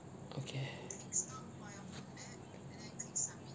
okay